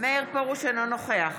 אינו נוכח